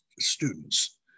students